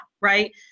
right